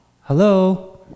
hello